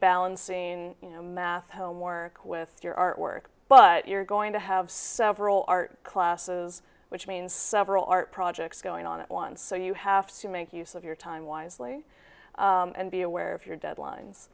know math homework with your artwork but you're going to have several art classes which means several art projects going on at once so you have to make use of your time wisely and be aware of your deadlines